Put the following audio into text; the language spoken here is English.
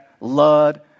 Lud